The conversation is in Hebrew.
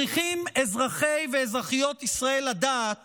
צריכים אזרחי ואזרחיות ישראל לדעת